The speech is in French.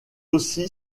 aussi